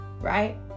right